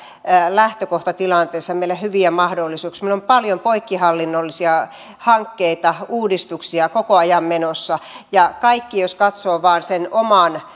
lähtökohtatilanteessa meille hyviä mahdollisuuksia meillä on paljon poikkihallinnollisia hankkeita uudistuksia koko ajan menossa ja kaikki jos katsovat vain sen oman